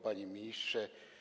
Panie Ministrze!